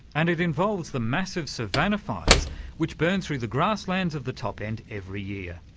and it involves the massive savanna fires which burn through the grasslands of the top end every year.